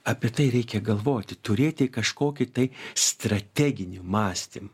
apie tai reikia galvoti turėti kažkokį tai strateginį mąstymą